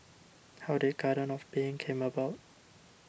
how did Garden of Being came about